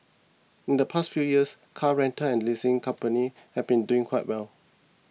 in the past few years car rental and leasing companies have been doing quite well